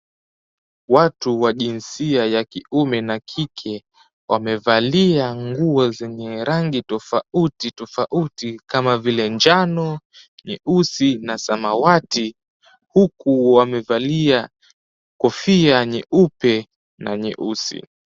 Watu wa jinsia ya kiume na kike wamevalia nguo zenye rangi tofautitofauti kama vile njano, nyeusi na samawati, huku wamevalia kofia nyeupe na nyeusi.